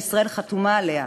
שישראל חתומה עליה,